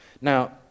Now